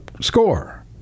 score